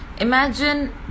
Imagine